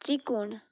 त्रिकोण